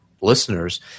listeners